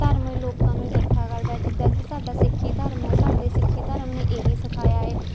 ਧਰਮ ਏ ਲੋਕਾਂ ਨੂੰ ਇਕੱਠਾ ਕਰਦਾ ਜਿੱਦਾਂ ਕਿ ਸਾਡਾ ਸਿੱਖੀ ਧਰਮ ਹੈ ਸਾਡੇ ਸਿੱਖੀ ਧਰਮ ਨੇ ਇਹ ਹੀ ਸਿਖਾਇਆ ਏ